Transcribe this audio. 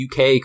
uk